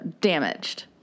damaged